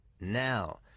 now